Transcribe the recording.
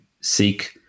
seek